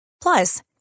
Plus